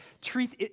Truth